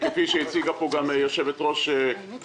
כפי שהציגה כאן גם יושבת-ראש איגוד